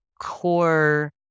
core